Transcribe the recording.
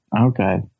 Okay